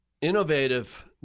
innovative